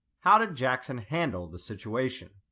how did jackson handle the situation?